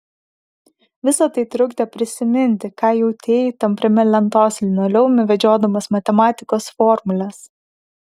visa tai trukdė prisiminti ką jautei tampriame lentos linoleume vedžiodamas matematikos formules